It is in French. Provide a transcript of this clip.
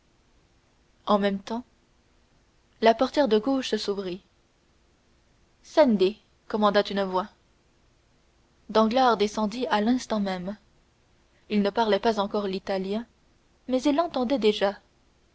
en même temps la portière de gauche s'ouvrit scendi commanda une voix danglars descendit à l'instant même il ne parlait pas encore l'italien mais il l'entendait déjà